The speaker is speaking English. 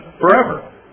forever